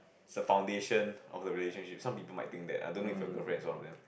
is a foundation of a relationship some people might think that I don't know if your girlfriend is one of them